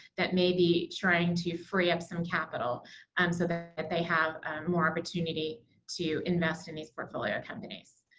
that may be trying to free up some capital um so that that they have more opportunity to invest in these portfolio companies.